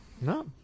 no